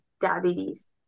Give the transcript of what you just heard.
diabetes